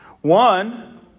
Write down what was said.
One